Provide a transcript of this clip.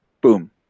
Boom